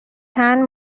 چند